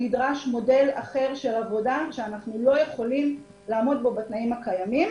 נדרש מודל אחר של עבודה שאנחנו לא יכולים לעמוד בו בתנאים הקיימים.